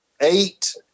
eight